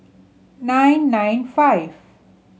nine nine five